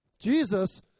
Jesus